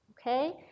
okay